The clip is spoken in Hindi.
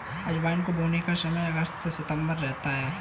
अजवाइन को बोने का समय अगस्त सितंबर रहता है